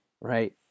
Right